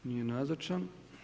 Nije nazočan.